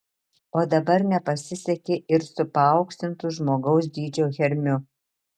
o dabar nepasisekė ir su paauksintu žmogaus dydžio hermiu